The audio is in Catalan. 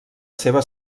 seva